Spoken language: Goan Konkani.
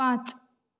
पांच